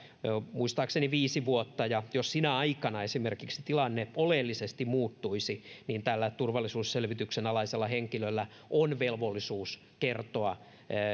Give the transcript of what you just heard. muistaakseni viisi vuotta ja jos esimerkiksi sinä aikana tilanne oleellisesti muuttuisi niin turvallisuusselvityksen alaisella henkilöllä on velvollisuus kertoa